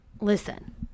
listen